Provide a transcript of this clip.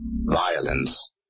violence